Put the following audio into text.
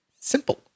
simple